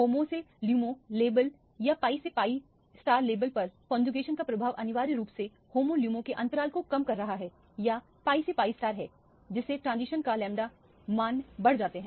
HOMO से LUMO level या piसे pi लेवल पर कौनजुकेशन का प्रभाव अनिवार्य रूप से HOMO LUMO के अंतराल को कम कर रहा है या pi से piहै जिससे ट्रांजिशन का लैम्डा मान बढ़ जाते हैं